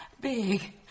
Big